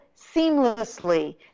seamlessly